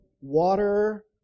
water